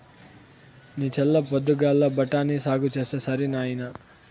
నీ చల్ల పొద్దుగాల బఠాని సాగు చేస్తే సరి నాయినా